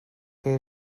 que